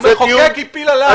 המחוקק הטיל עליי.